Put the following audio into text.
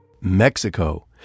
Mexico